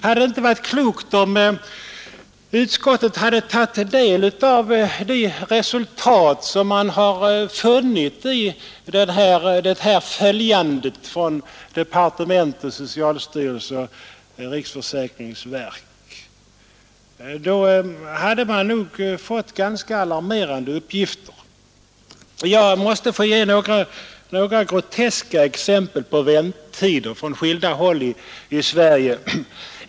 Hade det inte varit klokt om utskottet tagit del av de resultat man noterat i det här ”följandet” från socialdepartementet, socialstyrelsen och riksförsäkringsverket? Då hade man nog fått ganska alarmerande uppgifter. Jag måste få ge några groteska exempel på väntetider från skilda håll i Sverige.